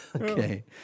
Okay